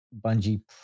Bungie